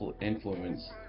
influence